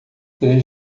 três